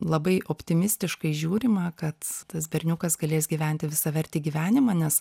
labai optimistiškai žiūrima kad tas berniukas galės gyventi visavertį gyvenimą nes